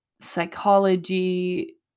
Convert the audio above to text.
psychology